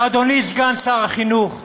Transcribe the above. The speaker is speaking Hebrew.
ואדוני סגן שר החינוך,